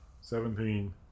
Seventeen